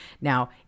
Now